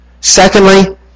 Secondly